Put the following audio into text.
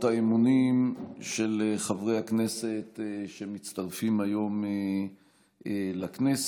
האמונים של חברי הכנסת שמצטרפים היום לכנסת.